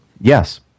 Yes